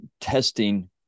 testing